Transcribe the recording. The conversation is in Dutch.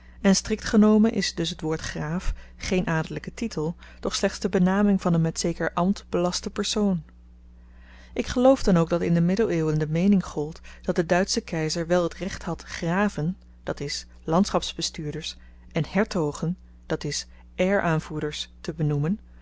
en strikt genomen is dus t woord graaf geen adellyke titel doch slechts de benaming van een met zeker ambt belasten persoon ik geloof dan ook dat in de middeleeuwen de meening gold dat de duitsche keizer wel t recht had graven d i landschapsbestuurders en hertogen d i heiraanvoerders te benoemen